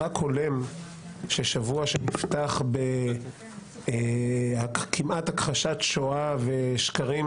רק הולם ששבוע שנפתח בכמעט הכחשת שואה ושקרים